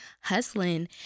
hustling